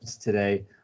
today